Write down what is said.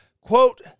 Quote